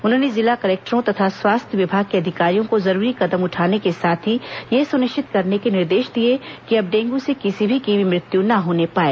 उन्होंने जिला कलेक्टरों तथा स्वास्थ्य विभाग के अधिकारियों को जरूरी कदम उठाने के साथ ही यह सुनिश्चित करने के निर्देश दिए कि अब डेंगू से किसी की भी मृत्यु न होने पाए